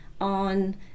on